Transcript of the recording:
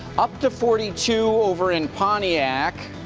up to forty two over in pontiac,